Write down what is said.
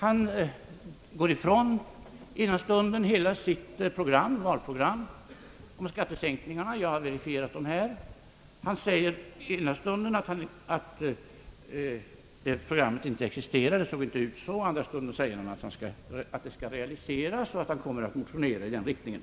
Ena stunden går han ifrån hela sitt valprogram om skattesänkningarna — jag har verifierat dem här — och säger att programmet inte existerar eller i varje fall inte såg ut så, andra stunden säger han att programmet skall realiseras och att han kommer att motionera i den riktningen.